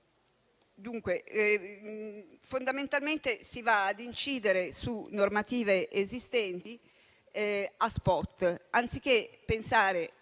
Dunque, fondamentalmente, si va ad incidere su normative esistenti a *spot*, anziché pensare